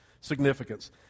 significance